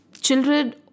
children